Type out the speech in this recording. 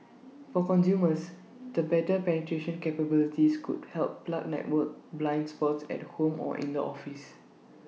for consumers the better penetration capabilities could help plug network blind spots at home or in the office